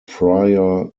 prior